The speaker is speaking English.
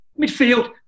Midfield